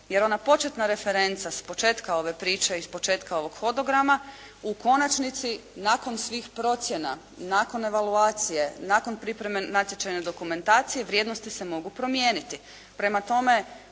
jer ona početna referenca s početka ove priče i s početka ovog hodograma u konačnici nakon svih procjena, nakon evaluacije, nakon pripreme natječajne dokumentacije vrijednosti se mogu promijeniti. Prema tome,